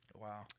Wow